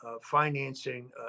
financing